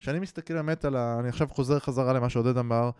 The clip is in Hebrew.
כשאני מסתכל באמת על ה... אני עכשיו חוזר חזרה למה שעודד אמר